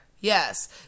Yes